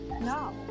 No